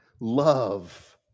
love